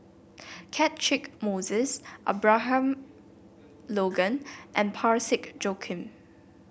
Catchick Moses Abraham Logan and Parsick Joaquim